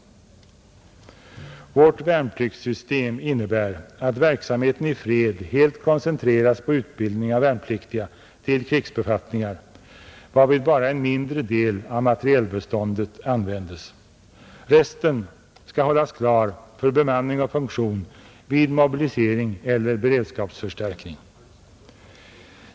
Vårt värnpliktssystem innebär att verksamheten i fred helt koncentreras på utbildning av värnpliktiga till krigsbefattningar, varvid bara en mindre del av materielbeståndet användes. Resten skall hållas klar för bemanning och funktion vid mobilisering eller beredskapsförstärkning.